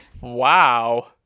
Wow